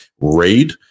raid